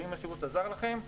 האם השירות עזר לכם?